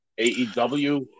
AEW